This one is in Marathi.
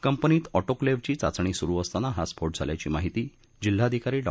कंपनीत ऑटोक्लेव्हची चाचणी सुरू असताना हा स्फोट झाल्याची माहिती जिल्हाधिकारी डॉ